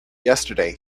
yesterday